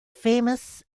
famous